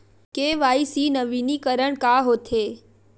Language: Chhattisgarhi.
के.वाई.सी नवीनीकरण का होथे?